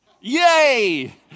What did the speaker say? Yay